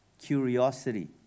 curiosity